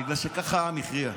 בגלל שככה העם הכריע.